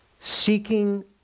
seeking